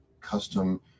custom